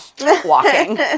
walking